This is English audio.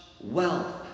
wealth